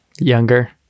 younger